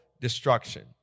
destruction